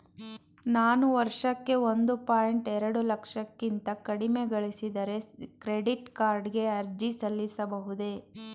ನಾನು ವರ್ಷಕ್ಕೆ ಒಂದು ಪಾಯಿಂಟ್ ಎರಡು ಲಕ್ಷಕ್ಕಿಂತ ಕಡಿಮೆ ಗಳಿಸಿದರೆ ಕ್ರೆಡಿಟ್ ಕಾರ್ಡ್ ಗೆ ಅರ್ಜಿ ಸಲ್ಲಿಸಬಹುದೇ?